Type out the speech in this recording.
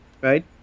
right